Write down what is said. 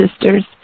Sisters